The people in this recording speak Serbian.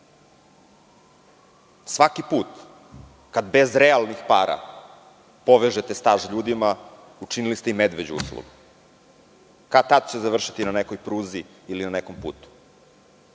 put kada bez realnih para povežete staž ljudima, učinili ste im medveđu uslugu, kad tad će završiti na nekoj pruzi ili na nekom putu.